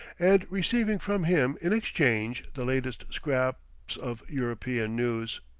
and receiving from him in exchange the latest scraps of european news.